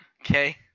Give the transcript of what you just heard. Okay